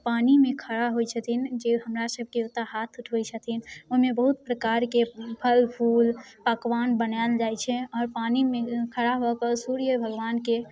पानीमे खड़ा होइ छथिन जे हमरासबके ओतऽ हाथ उठबै छथिन ओहिमे बहुत प्रकारके फल फूल पकवान बनाएल जाइ छै आओर पानीमे खड़ा भऽ कऽ सूर्य भगवानके